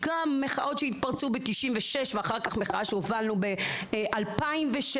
מחאות שהתפרצו ב-96' ומחאה שהובלנו ב-2006